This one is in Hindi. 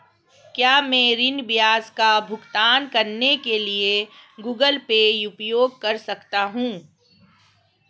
क्या मैं ऋण ब्याज का भुगतान करने के लिए गूगल पे उपयोग कर सकता हूं?